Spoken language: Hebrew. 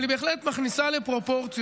אבל היא בהחלט מכניסה לפרופורציות.